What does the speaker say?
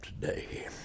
today